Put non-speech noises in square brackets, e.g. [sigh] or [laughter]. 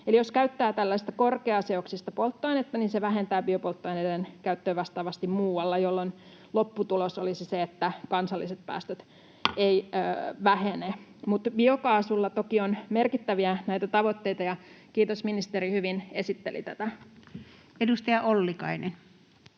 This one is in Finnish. tällaista korkeaseoksista polttoainetta, niin se vähentää biopolttoaineiden käyttöä vastaavasti muualla, jolloin lopputulos olisi se, että kansalliset päästöt eivät vähene. [noise] Mutta biokaasulla toki on näitä merkittäviä tavoitteita. Ja kiitos, ministeri hyvin esitteli tätä. [Speech 141] Speaker: